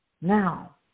Now